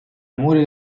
amore